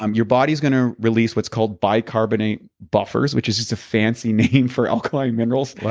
um your body is gonna release what's called bicarbonate buffers, which is just a fancy name for alkaline minerals right.